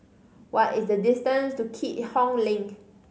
what is the distance to Keat Hong Link